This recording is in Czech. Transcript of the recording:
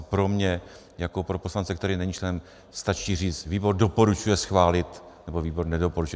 Pro mě jako pro poslance, který není členem, stačí říci, že výbor doporučuje schválit nebo výbor nedoporučuje.